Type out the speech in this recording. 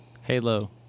Halo